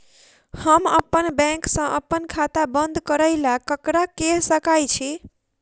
हम अप्पन बैंक सऽ अप्पन खाता बंद करै ला ककरा केह सकाई छी?